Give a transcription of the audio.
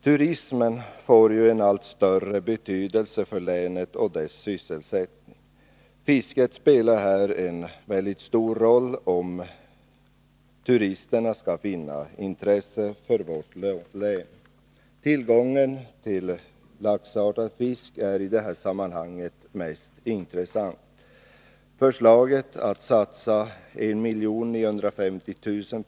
Turismen får en allt större betydelse för länet och dess sysselsättning. Fisket spelar här en mycket stor roll för att turisterna skall finna intresse för vårt län. Tillgången på laxartad fisk är i detta sammanhang mest intressant. Förslaget att satsa 1950 000 kr.